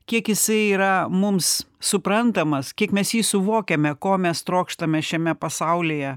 kiek jisai yra mums suprantamas kiek mes jį suvokiame ko mes trokštame šiame pasaulyje